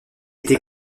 été